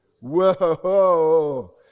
Whoa